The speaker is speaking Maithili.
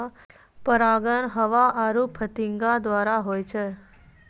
परागण हवा आरु फतीगा द्वारा होय छै